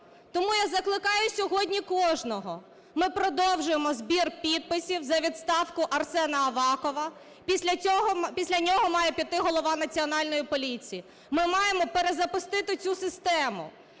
Тому я закликаю сьогодні кожного, ми продовжуємо збір підписів за відставку Арсена Авакова. Після нього має піти голова Національної поліції. Ми маємо перезапустити цю систему,